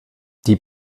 die